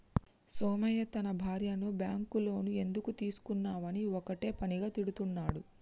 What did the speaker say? సోమయ్య తన భార్యను bank loan ఎందుకు తీసుకున్నవని ఒక్కటే పనిగా తిడుతున్నడు